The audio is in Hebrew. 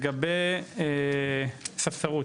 לגבי ספסרות,